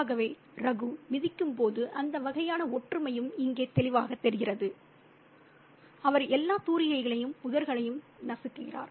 ஆகவே ரகு மிதிக்கும் போது அந்த வகையான ஒற்றுமையும் இங்கே தெளிவாகத் தெரிகிறது அவர் எல்லா தூரிகைகளையும் புதர்களையும் நசுக்குகிறார்